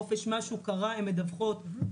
יצאו לחופשה ומשהו קרה והם מדווחות/מדווחים